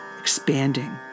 expanding